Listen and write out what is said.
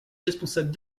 responsables